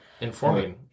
informing